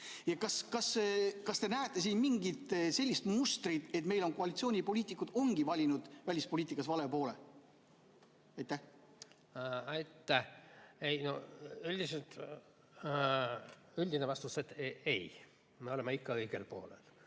Kas te näete siin mingit sellist mustrit, et meie koalitsioonipoliitikud ongi valinud välispoliitikas vale poole? Aitäh! Üldine vastus on: ei, me oleme ikka õigel poolel.